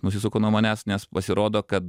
nusisuko nuo manęs nes pasirodo kad